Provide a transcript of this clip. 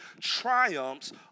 triumphs